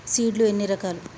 Seed లు ఎన్ని రకాలు?